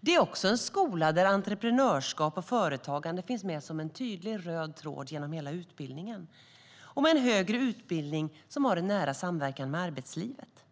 Det är också en skola där entreprenörskap och företagande finns med som en tydlig röd tråd genom hela utbildningen och med en högre utbildning som har en nära samverkan med arbetslivet.